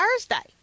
Thursday